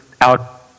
out